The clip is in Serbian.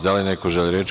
Da li neko želi reč?